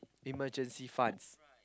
emergency funds